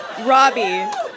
Robbie